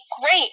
great